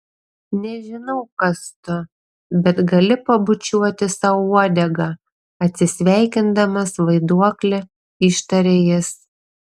nežinau kas tu bet gali pabučiuoti sau uodegą atsisveikindamas vaiduokli ištarė jis